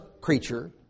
creature